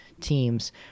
teams